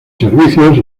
servicios